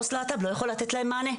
עו"ס להט"ב לא יכול לתת להם מענה,